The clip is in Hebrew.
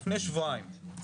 לפני שבועיים,